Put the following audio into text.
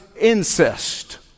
incest